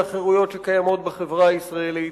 על החירויות שקיימות בחברה הישראלית.